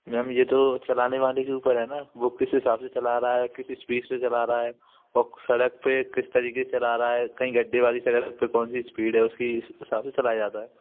ma'am ये तो चलाने वाले के ऊपर है ना वो किस हिसाब से चला रहा है किस इस्पीड से चला रहा है और सड़क पे किस तरीके से चला रहा है कहीं गड्ढे वाली सड़क पे कौन सी स्पीड है उसकी उस हिसाब से चलाया जाता है